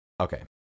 okay